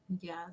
Yes